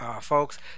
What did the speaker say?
Folks